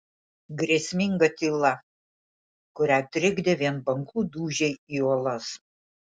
grėsminga tyla kurią trikdė vien bangų dūžiai į uolas